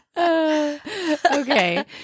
Okay